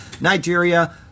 Nigeria